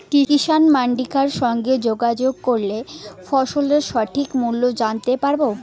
কিষান মান্ডির কার সঙ্গে যোগাযোগ করলে ফসলের সঠিক মূল্য জানতে পারবো?